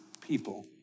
people